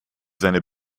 seine